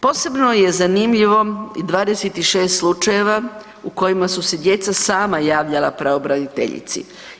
Posebno je zanimljivo 26 slučajeva u kojima su se djeca sama javljala pravobraniteljici.